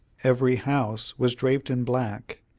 every house was draped in black,